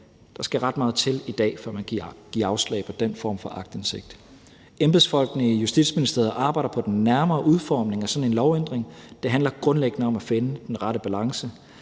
Der skal ret meget til i dag, før man giver afslag på den form for aktindsigt. Embedsfolkene i Justitsministeriet arbejder på den nærmere udformning af sådan en lovændring. Det handler grundlæggende om at finde den rette balance